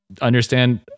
understand